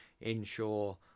ensure